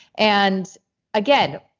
and again,